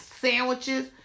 sandwiches